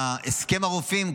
בהסכם הרופאים,